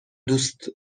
دوست